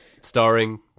Starring